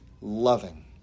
loving